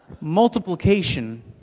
multiplication